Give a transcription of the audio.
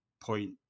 point